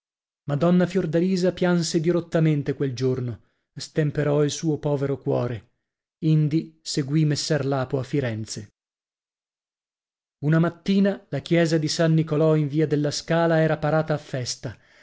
madonna fiordalisa pianse dirottamente quel giorno stemperò il suo povero cuore indi segui messer lapo a firenze una mattina la chiesa di san nicolò in via della scala era parata a festa